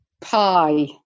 pie